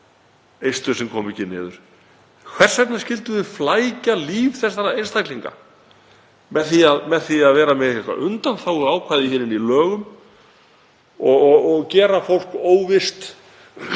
eistu sem koma ekki niður? Hvers vegna skyldum við flækja líf þessara einstaklinga með því að vera með eitthvert undanþáguákvæði í lögum og gera fólk óvisst í